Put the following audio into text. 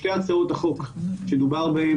שתי הצעות החוק שמדובר בהן,